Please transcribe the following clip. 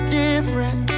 different